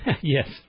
Yes